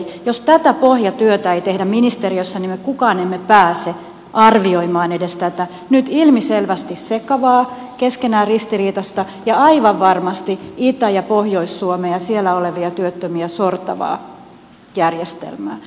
jos tätä pohjatyötä ei tehdä ministeriössä niin emme kukaan pääse arvioimaan edes tätä nyt ilmiselvästi sekavaa keskenään ristiriitaista ja aivan varmasti itä ja pohjois suomea ja siellä olevia työttömiä sortavaa järjestelmää